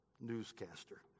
newscaster